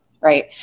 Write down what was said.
right